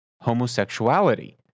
homosexuality